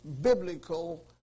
biblical